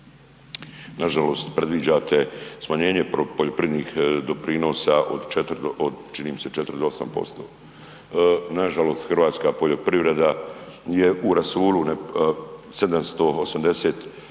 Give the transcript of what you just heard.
nažalost predviđate smanjenje poljoprivrednih doprinosa od 4, od činim mi se 4 do 8%. Nažalost, hrvatska poljoprivreda je u rasulu, 780